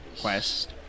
Quest